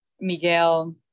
Miguel